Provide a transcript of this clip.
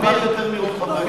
עדיין יותר מרוב חברי הכנסת.